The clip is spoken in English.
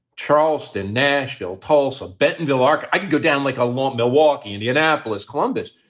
charleston, nashville, tulsa. bentonville, ark. i can go down like a lot. milwaukee, indianapolis, columbus.